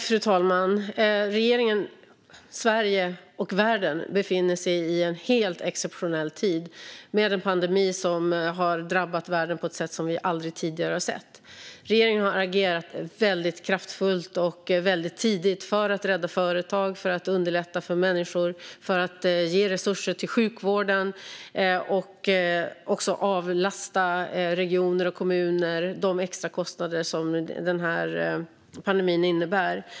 Fru talman! Regeringen, Sverige och världen befinner sig i en helt exceptionell tid med en pandemi som har drabbat världen på ett sätt som vi aldrig tidigare har sett. Regeringen har agerat väldigt kraftfullt och väldigt tidigt för att rädda företag, för att underlätta för människor, för att ge resurser till sjukvården och också avlasta regioner och kommuner de extrakostnader som pandemin innebär.